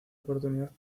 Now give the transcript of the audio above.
oportunidad